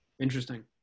Interesting